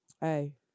Hey